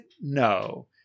No